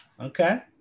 Okay